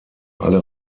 alle